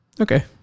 Okay